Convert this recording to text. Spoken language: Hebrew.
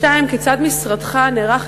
2. כיצד משרדך נערך,